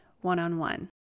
one-on-one